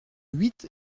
huit